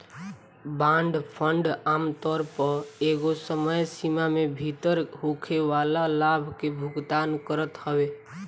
bond fund आमतौर पअ एगो समय सीमा में भीतर होखेवाला लाभ के भुगतान करत हवे